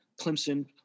Clemson